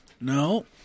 No